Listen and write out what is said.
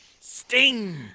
Sting